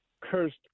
cursed